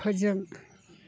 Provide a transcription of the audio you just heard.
फोजों